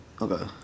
Okay